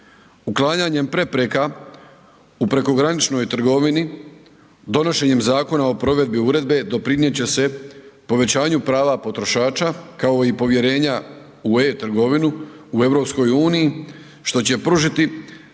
Uklanjanjem prepreka u prekograničnoj trgovini donošenjem Zakona o provedbi uredbe doprinijeti će se povećanju prava potrošača, kao i povjerenja u e-Trgovinu u EU-i što će pružiti poticajno